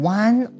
one